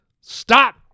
Stop